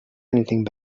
anything